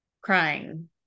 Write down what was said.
crying